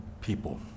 people